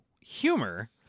humor